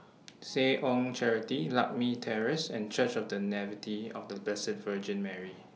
Seh Ong Charity Lakme Terrace and Church of The Nativity of The Blessed Virgin Mary